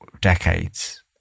decades